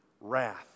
wrath